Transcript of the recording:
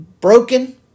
broken